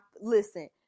Listen